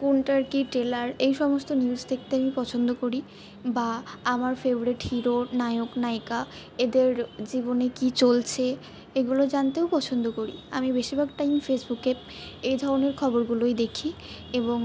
কোনটার কি ট্রেলার এই সমস্ত নিউজ দেখতে আমি পছন্দ করি বা আমার ফেভরিট হিরোর নায়ক নায়িকা এদের জীবনে কি চলছে এগুলো জানতেও পছন্দ করি আমি বেশিরভাগ টাইম ফেসবুকে এ ধরনের খবরগুলোই দেখি এবং